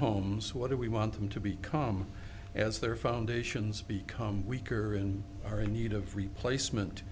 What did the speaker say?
homes what do we want them to become as their foundations become weaker and are in need of replacement